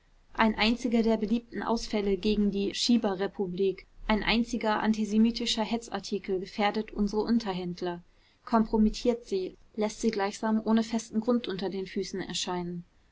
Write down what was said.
ein einziger der beliebten ausfälle gegen die schieberrepublik ein einziger antisemitischer hetzartikel gefährdet unsere unterhändler kompromittiert sie läßt sie gleichsam ohne festen grund unter den füßen erscheinen